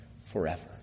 forever